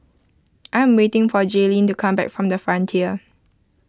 I am waiting for Jayleen to come back from the Frontier